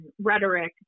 rhetoric